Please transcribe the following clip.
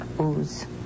ooze